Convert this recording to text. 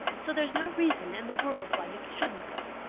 so there's no reason in the world why you shouldn't go.